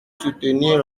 soutenir